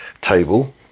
table